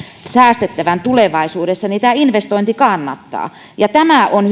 säästettävän tulevaisuudessa niin tämä investointi kannattaa ja tämä on